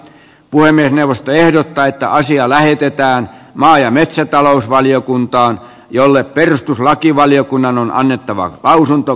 puhemiesneuvosto ehdottaa että asia lähetetään maa ja metsätalousvaliokuntaan jolle perustuslakivaliokunnan on annettava lausunto